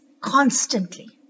constantly